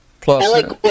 plus